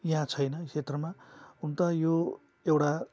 यहाँ छैन यो क्षेत्रमा हुन त यो एउटा